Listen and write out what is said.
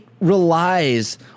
relies